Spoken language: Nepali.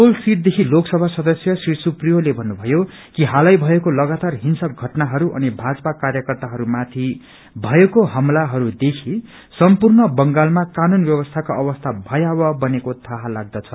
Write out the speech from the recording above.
आसनसोल सिटदेखि लोकसभा सदस्य श्री सुप्रियोले भन्नुभयो कि हालै भएको लगातार हिंसक घटनाहरू अनि भाजपा कार्यकर्ताहरूमाथि भएको हमलाहरूदेखि सम्पूर्ण बंगालमा कानून ब्यवस्थाको अवसीी भयावह बनेको थाहा लाग्दछ